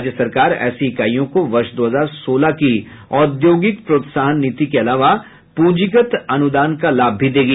राज्य सरकार ऐसी इकाईयों को वर्ष दो हजार सोलह की औद्योगिक प्रोत्साहन नीति के अलावा प्रंजीगत अनुदान का लाभ भी देगी